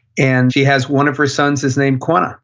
and she has one of her sons is named quanah